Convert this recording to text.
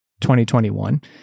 2021